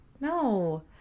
No